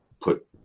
put